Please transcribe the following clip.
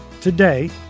Today